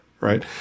right